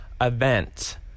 event